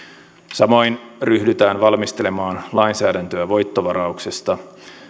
samoin ryhdytään valmistelemaan lainsäädäntöä voittovarauksesta